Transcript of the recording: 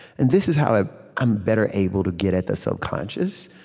and this is how ah i'm better able to get at the subconscious,